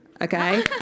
okay